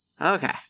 Okay